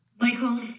Michael